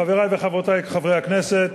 חברי וחברותי חברי הכנסת,